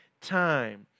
time